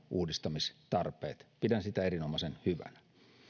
uudistamistarpeet pidän sitä erinomaisen hyvänä